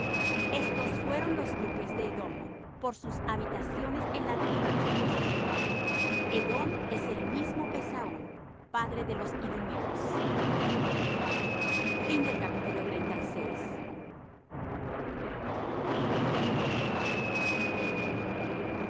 estos fueron los duques de edom por sus habitaciones en la tierra de su posesión edom es el mismo esaú padre de los idumeos y